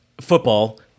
football –